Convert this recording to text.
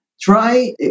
try